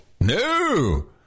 No